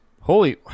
Holy